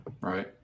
right